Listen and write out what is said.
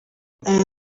aya